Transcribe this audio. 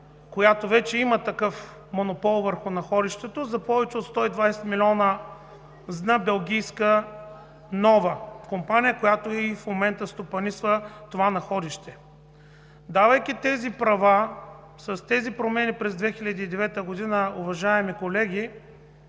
която вече има такъв монопол върху находището, за повече от 120 милиона, на белгийска, нова компания, която и в момента стопанисва находището. Давайки тези права с промените от 2009 г., уважаеми колеги,